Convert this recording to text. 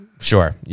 Sure